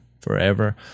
forever